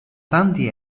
tanti